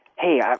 Hey